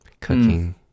cooking